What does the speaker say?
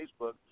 Facebook